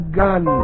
gun